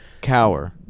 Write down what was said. Cower